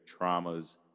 traumas